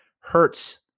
hurts